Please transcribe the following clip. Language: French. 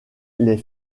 les